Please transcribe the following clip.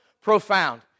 profound